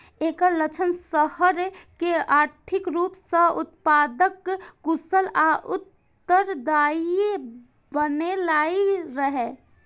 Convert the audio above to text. एकर लक्ष्य शहर कें आर्थिक रूप सं उत्पादक, कुशल आ उत्तरदायी बनेनाइ रहै